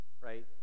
right